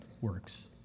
works